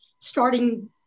starting